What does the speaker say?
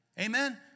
Amen